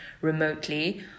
remotely